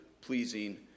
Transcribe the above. pleasing